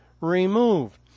removed